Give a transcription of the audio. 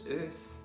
earth